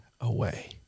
away